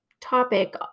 topic